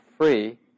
free